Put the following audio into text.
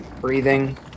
breathing